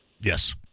Yes